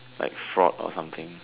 like fraud or something